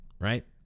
right